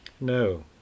No